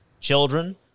children